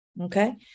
Okay